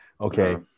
okay